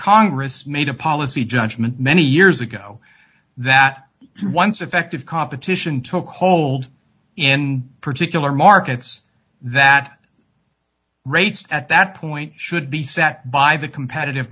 congress made a policy judgment many years ago that once effective competition took hold in particular markets that rates at that point should be set by the competitive